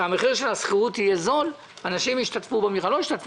אם המחיר של השכירות יהיה זול אנשים ישתתפו במכרז.